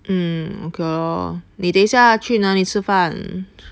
mm ok lor 你等下去哪里吃饭